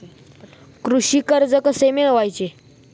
कृषी कर्ज कसे मिळवायचे?